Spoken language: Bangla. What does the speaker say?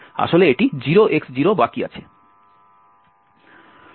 আসলে এটি 0X0 বাকি আছে